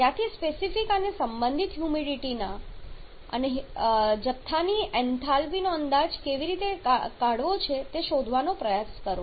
ત્યાંથી સ્પેસિફિક અને સંબંધિત હ્યુમિડિટી અને હ્યુમિડિટી ના જથ્થા ની એન્થાલ્પીનો અંદાજ કાઢવાની રીતો શોધવાનો પ્રયાસ કરો